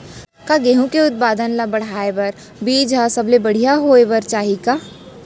का गेहूँ के उत्पादन का बढ़ाये बर बीज ह सबले बढ़िया होय बर चाही का?